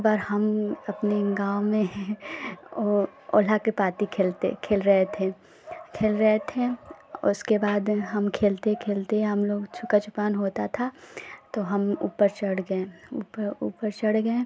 पर हम अपने गाँव में हैं और ओलहा के पाती खेलते खेल रहे थे खेल रहे थे उसके बाद हम खेलते खेलते हम लोग छूका छुपान होता था तो हम ऊपर चढ़ गए ऊपर ऊपर चढ़ गए